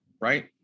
right